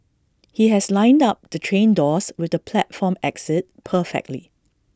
he has lined up the train doors with the platform exit perfectly